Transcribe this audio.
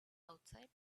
outside